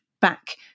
back